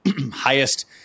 highest